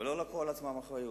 ולא קיבלו על עצמם אחריות.